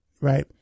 right